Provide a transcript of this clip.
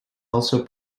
also